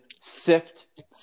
sift